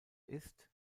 ist